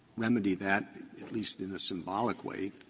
remedy that at least in a symbolic way.